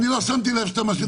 אני לא שמתי לב שאתה משמין.